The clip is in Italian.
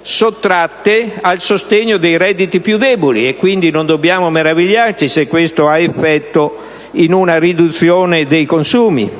sottratti al sostegno dei redditi più deboli e quindi non dobbiamo meravigliarci se ciò ha effetto sulla riduzione dei consumi.